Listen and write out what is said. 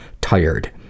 Tired